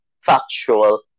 factual